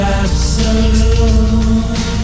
absolute